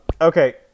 Okay